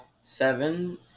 Seven